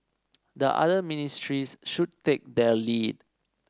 the other ministries should take their lead